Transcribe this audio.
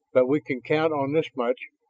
but we can count on this much,